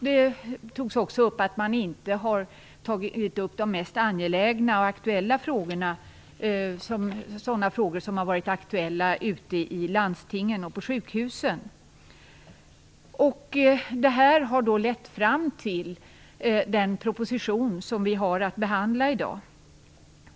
Det sades också att man inte har tagit upp de mest angelägna frågorna, som har varit aktuella ute i landstingen och på sjukhusen. Detta har då lett fram till den proposition som vi har att behandla i dag.